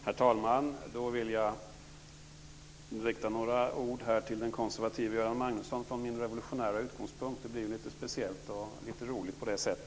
Herr talman! Jag vill rikta några ord till den konservative Göran Magnusson från min revolutionära utgångspunkt. Det blir lite speciellt och på det sättet lite roligt.